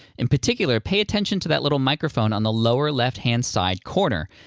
in particular, pay attention to that little microphone on the lower left-hand side corner.